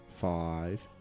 five